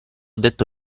detto